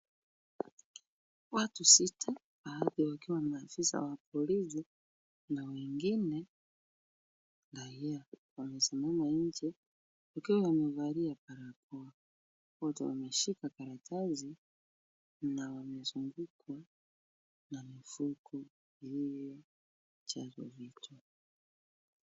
Watu sita baadhi wakiwa maafisa wa polisi na wengine raia, wamesimama nje wakiwa wamevalia barakoa ,wote wameshika karatasi na wamezungukwa na mifuko iliyajaa vitu.